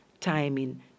timing